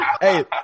Hey